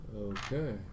Okay